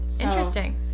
Interesting